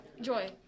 Joy